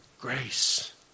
grace